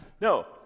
No